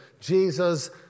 Jesus